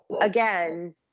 again